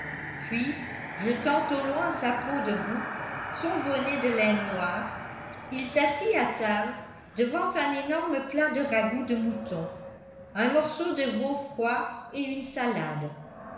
puis jetant au loin sa peau de bouc son bonnet de laine noire il s'assit à table devant un énorme plat de ragoût de mouton un morceau de veau froid et une salade